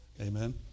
Amen